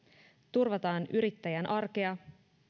turvataan yrittäjän arkea